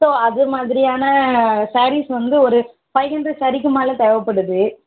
so அது மாதிரியான series வந்து ஒரு ஃபைவ் ஹண்ட்ரட் ஸேரீக்கு மேலே தேவைப்படுது